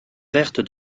verte